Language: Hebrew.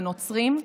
הנוצרים,